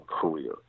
career